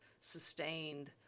sustained